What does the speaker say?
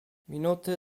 minuty